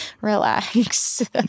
relax